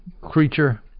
creature